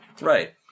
Right